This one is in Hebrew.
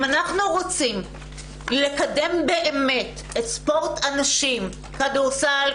אם אנחנו רוצים לקדם באמת את ספורט הנשים כדורסל,